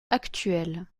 actuel